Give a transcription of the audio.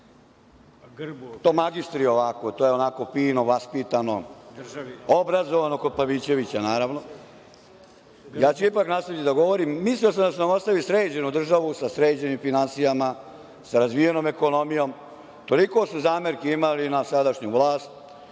to magistri ovako, to je onako fino vaspitano, obrazovano kod Pavićevića naravno, ja ću ipak nastaviti da govorim, da su nam ostavili sređenu državu, sa sređenim finansijama, sa razvijenom ekonomijom, toliko su zamerki imali na sadašnju vlast